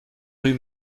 rue